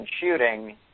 shooting